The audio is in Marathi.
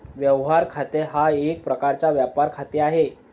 व्यवहार खाते हा एक प्रकारचा व्यापार खाते आहे